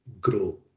grow